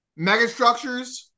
megastructures